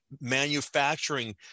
manufacturing